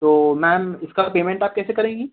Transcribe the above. तो मैम इसका पेमेंट आप कैसे करेंगी